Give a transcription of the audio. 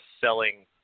selling